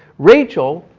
rachel,